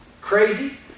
crazy